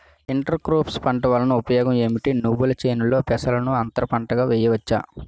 Inter crops పంట వలన ఉపయోగం ఏమిటి? నువ్వుల చేనులో పెసరను అంతర పంటగా వేయవచ్చా?